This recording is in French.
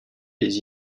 les